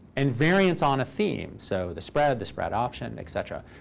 and variants on a theme, so the spread, the spread option, et cetera,